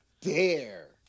dare